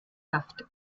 saft